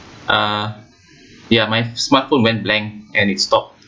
uh ya my smartphone went blank and it stopped